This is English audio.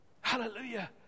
Hallelujah